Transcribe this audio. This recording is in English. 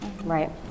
Right